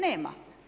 Nema.